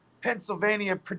Pennsylvania